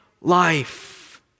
life